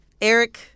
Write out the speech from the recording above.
Eric